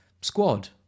squad